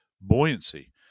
buoyancy